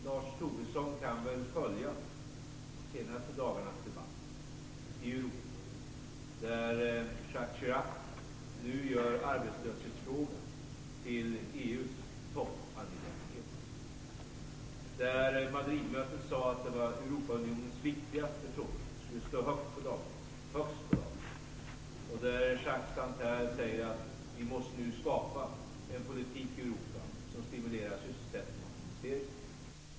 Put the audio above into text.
Lars Tobisson kan väl följa de senaste dagarnas debatt i Europa där Jacques Chirac nu gör arbetslöshetsfrågan till EU:s toppangelägenhet. Vid Madridmötet sades det att arbetslösheten är Europeiska unionens viktigaste fråga som stod högst på dagordningen. Jacques Santer sade att vi nu måste skapa en politik i Europa som stimulerar sysselsättning och investeringar.